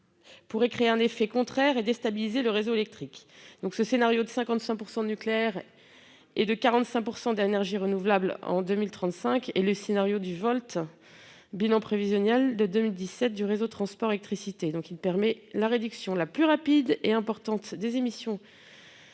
pourrait créer un effet contraire et déstabiliser le réseau électrique. Ce scénario de 55 % de nucléaire et de 45 % d'énergies renouvelables en 2035 est le scénario dit Volt du bilan prévisionnel de 2017 de RTE. Il permet la réduction la plus rapide et importante des émissions